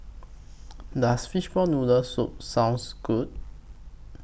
Does Fishball Noodle Soup sounds Good